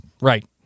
Right